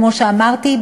כמו שאמרתי,